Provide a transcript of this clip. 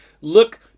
look